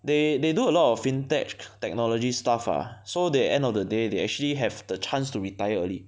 they they do a lot of fin tech technology stuff ah so they end of the day they actually have the chance to retire early